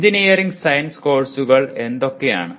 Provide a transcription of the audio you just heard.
engineering science കോഴ്സുകൾ എന്തൊക്കെയാണ്